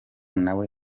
nawe